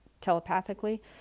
telepathically